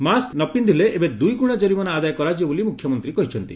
mask ନ ପିକ୍ଷିଲେ ଏବେ ଦୁଇଗୁଣା ଜରିମାନା ଆଦାୟ କରାଯିବ ବୋଲି ମୁଖ୍ୟମନ୍ତୀ କହିଛନ୍ତି